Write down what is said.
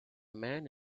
man